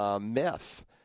myth